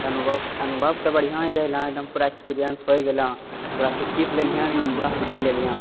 तऽ अनुभव अनुभव तऽ बढ़िआँ ही रहलँ एकदम पूरा एक्सपिरिएन्स होय गेलाँ पूरा सीखित लेलीहँ लेकिन पूरा सीखि लेलीहँ